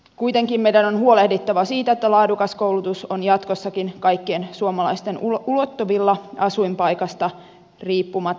kuitenkin meidän on huolehdittava siitä että laadukas koulutus on jatkossakin kaikkien suomalaisten ulottuvilla asuinpaikasta riippumatta